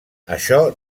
això